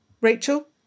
Rachel